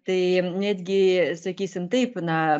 tai netgi sakysim taip na